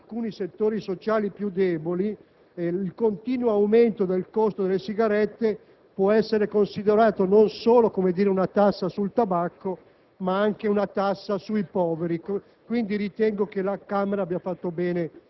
è un vizio presente prevalentemente in alcuni settori sociali più deboli, il continuo aumento del costo delle sigarette può essere considerato non solo una tassa sul tabacco,